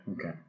okay